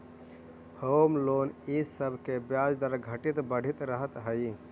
home loan इ सब के ब्याज दर घटित बढ़ित रहऽ हई